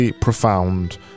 profound